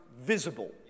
visible